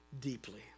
deeply